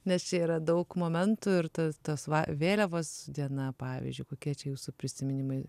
nes čia yra daug momentų ir ta tas va vėliavos diena pavyzdžiui kokie čia jūsų prisiminimai